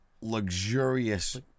luxurious